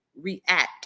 react